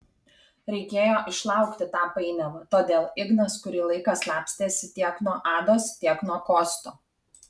reikėjo išlaukti tą painiavą todėl ignas kurį laiką slapstėsi tiek nuo ados tiek nuo kosto